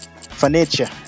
furniture